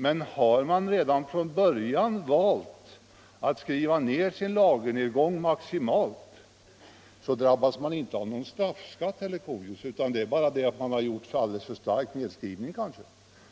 Men om man redan från början har valt att skriva ner sitt lager maximalt drabbas man inte av någon straffskatt, herr Leuchovius, utan det är bara så att man kanske har gjort en alldeles för stark nedskrivning.